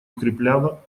укрепляло